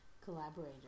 collaborator